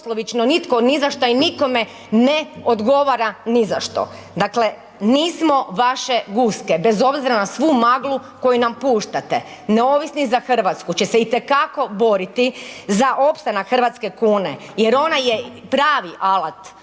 nitko ni za šta i nikome ne odgovara ni za što? Dakle, nismo vaše guske bez obzira na svu maglu koju nam puštate, Neovisni za Hrvatsku će se i te kako boriti za opstanak hrvatske kune jer ona je pravi alat